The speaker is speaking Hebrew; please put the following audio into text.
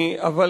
אבל,